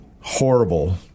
horrible